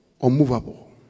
unmovable